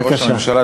אדוני ראש הממשלה,